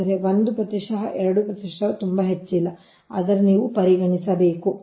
ಆದರೆ 1 ಪ್ರತಿಶತ 2 ಪ್ರತಿಶತವು ತುಂಬಾ ಹೆಚ್ಚಿಲ್ಲ ಆದರೆ ನೀವು ಪರಿಗಣಿಸಬೇಕು